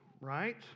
right